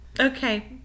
Okay